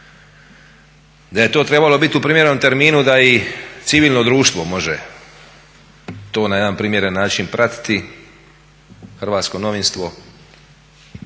Da je to trebalo biti u primjerenom terminu da i civilno društvo može to na jedan primjeren način pratiti hrvatsko novinstvo